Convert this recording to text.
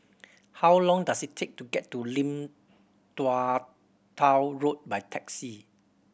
how long does it take to get to Lim Tua Tow Road by taxi